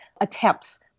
attempts